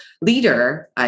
leader